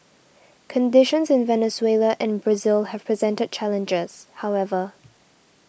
conditions in Venezuela and Brazil have presented challenges however